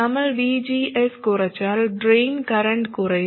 നമ്മൾ VGS കുറച്ചാൽ drain current കുറയും